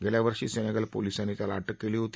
गेल्यावर्षी सेनेगल पोलिसांनी त्याला अटक केली होती